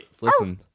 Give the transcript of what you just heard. Listen